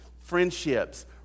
friendships